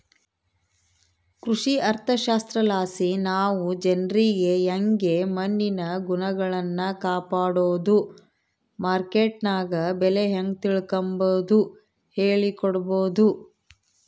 ಕೃಷಿ ಅರ್ಥಶಾಸ್ತ್ರಲಾಸಿ ನಾವು ಜನ್ರಿಗೆ ಯಂಗೆ ಮಣ್ಣಿನ ಗುಣಗಳ್ನ ಕಾಪಡೋದು, ಮಾರ್ಕೆಟ್ನಗ ಬೆಲೆ ಹೇಂಗ ತಿಳಿಕಂಬದು ಹೇಳಿಕೊಡಬೊದು